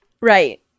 Right